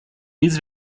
nic